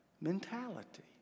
mentality